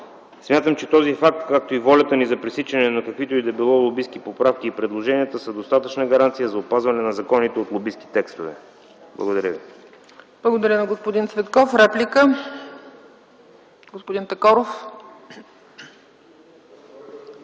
Смятам, че този факт, както и волята ни за пресичане на каквито и да било лобистки поправки и предложения са достатъчна гаранция за опазване на законите от лобистки текстове. Благодаря ви.